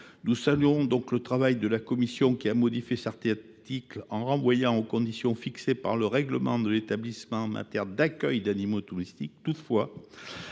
Nous saluons donc le travail de la commission, qui a modifié cet article en renvoyant aux conditions fixées par le règlement de l’établissement en matière d’accueil des animaux domestiques.